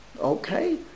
okay